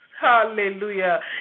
hallelujah